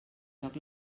joc